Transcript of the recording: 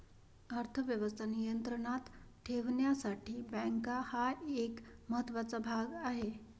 अर्थ व्यवस्था नियंत्रणात ठेवण्यासाठी बँका हा एक महत्त्वाचा भाग आहे